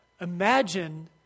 imagine